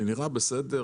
אני נראה בסדר,